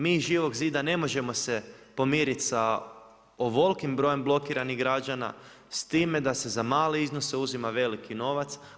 Mi iz Živog zida ne možemo se pomirit sa ovolikim brojem blokiranih građana s time da se za male iznose uzima veliki novac.